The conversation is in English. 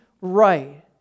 right